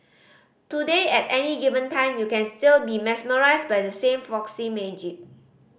today at any given time you can still be mesmerised by the same folksy magic